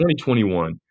2021